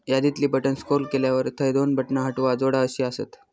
यादीतली बटण स्क्रोल केल्यावर थंय दोन बटणा हटवा, जोडा अशी आसत